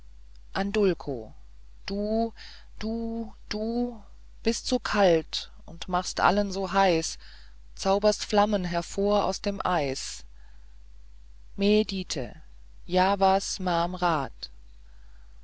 du du du bist so kalt und machst allen so heiß zauberst flammen hervor aus dem eis